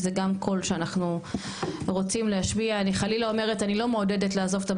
זה גם קול שרוצה לעזוב את הארץ,